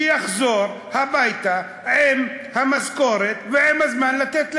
שיחזור הביתה עם המשכורת ועם הזמן לתת לילד?